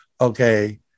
okay